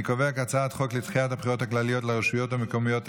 חוק לדחיית הבחירות הכלליות לרשויות המקומיות,